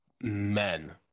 men